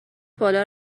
بالا